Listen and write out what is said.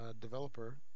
developer